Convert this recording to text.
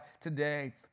today